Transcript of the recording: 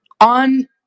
on